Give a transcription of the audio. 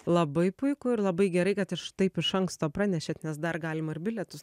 labai puiku ir labai gerai kad iš taip iš anksto pranešėt nes dar galima ir bilietus